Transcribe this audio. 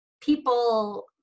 people